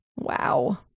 Wow